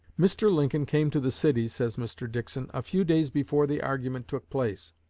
mr. lincoln came to the city, says mr. dickson, a few days before the argument took place,